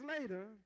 later